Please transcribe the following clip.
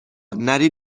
نری